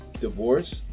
divorce